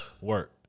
work